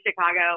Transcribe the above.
Chicago